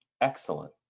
excellent